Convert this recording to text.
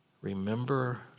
Remember